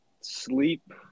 Sleep